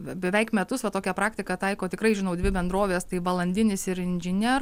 beveik metus va tokią praktiką taiko tikrai žinau dvi bendrovės tai valandinis ir inžiner